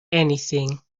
anything